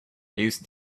use